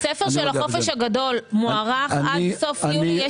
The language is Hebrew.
בית ספר של החופש הגדול מוארך עד סוף יולי?